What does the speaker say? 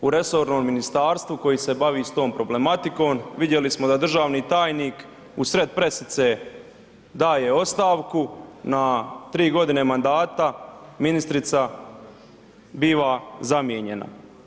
U resornom ministarstvu koje se bavi s tom problematikom vidjeli smo da državni tajnik u sred pressice daje ostavku na 3 godine mandata, ministrica biva zamijenjena.